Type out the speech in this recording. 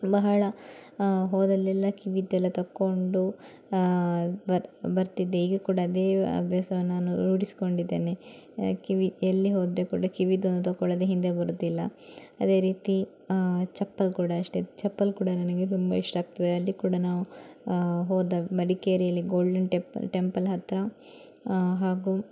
ಬಹಳ ಹೊದಲ್ಲೆಲ್ಲ ಕಿವಿಯದೆಲ್ಲ ತಗೊಂಡು ಬರ್ತಿದ್ದೆ ಈಗ ಕೂಡ ಅದೇ ಅಭ್ಯಾಸವನ್ನು ನಾನು ರೂಢಿಸ್ಕೊಂಡಿದ್ದೇನೆ ಕಿವಿ ಎಲ್ಲೇ ಹೋದರೆ ಕೂಡ ಕಿವಿಯದ್ದೊಂದು ತಗೊಳ್ಳೋದೆ ಹಿಂದೆ ಬರುವುದಿಲ್ಲ ಅದೇ ರೀತಿ ಚಪ್ಪಲಿ ಕೂಡ ಅಷ್ಟೇ ಚಪ್ಪಲಿ ಕೂಡ ನನಗೆ ತುಂಬಾ ಇಷ್ಟಾಗ್ತದೆ ಅಲ್ಲಿ ಕೂಡ ನಾವು ಹೋದ ಮಡಿಕೇರಿಯಲ್ಲಿ ಗೋಲ್ಡನ್ ಟೆಪಲ್ ಟೆಂಪಲ್ ಹತ್ತಿರ ಹಾಗೂ